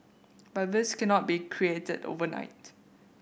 but this cannot be created overnight